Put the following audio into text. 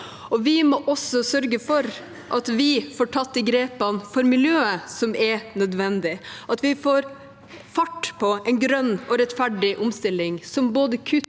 Vi må sørge for at vi får tatt de grepene for miljøet som er nødvendige, at vi får fart på en grønn og rettferdig omstilling som både kutter